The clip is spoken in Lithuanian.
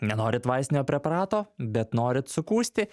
nenorit vaistinio preparato bet norit sukūsti